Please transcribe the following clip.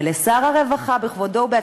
ולשר הרווחה בכבודו ובעצמו,